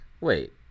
Wait